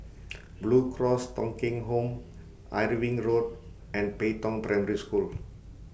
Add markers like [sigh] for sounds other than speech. [noise] Blue Cross Thong Kheng Home Irving Road and Pei Tong Primary School